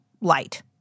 light